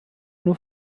nur